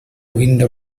window